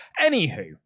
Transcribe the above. Anywho